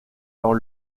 dans